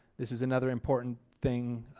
this is another important thing